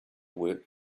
work